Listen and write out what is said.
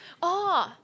orh